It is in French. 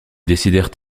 décidèrent